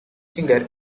singer